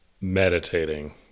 meditating